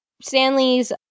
Stanley's